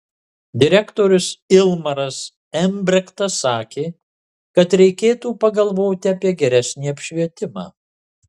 direktorius ilmaras embrektas sakė kad reikėtų pagalvoti apie geresnį apšvietimą